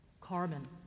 carbon